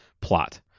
plot